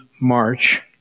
March